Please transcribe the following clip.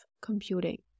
computing